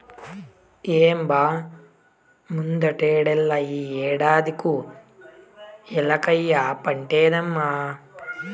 ఏం బా ముందటేడల్లే ఈ ఏడాది కూ ఏలక్కాయ పంటేద్దామా